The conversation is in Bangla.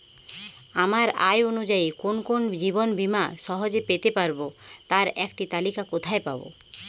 আমার আয় অনুযায়ী কোন কোন জীবন বীমা সহজে পেতে পারব তার একটি তালিকা কোথায় পাবো?